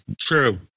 True